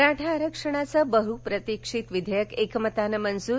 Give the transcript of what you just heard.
मराठा आरक्षणाचं बहप्रतीक्षित विधेयक एकमतानं मंजर